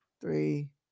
three